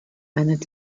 wendet